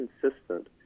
consistent